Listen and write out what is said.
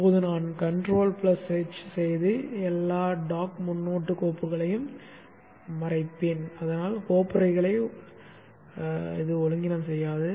இப்போது நான் கண்ட்ரோல்எச் செய்து எல்லா டாக் முன்னொட்டு கோப்புகளையும் மறைப்பேன் அது கோப்புறைகளை ஒழுங்கீனம் செய்யாது